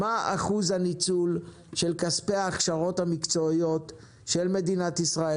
מה אחוז הניצול של כספי ההכשרות המקצועיות של מדינת ישראל